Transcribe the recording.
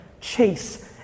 Chase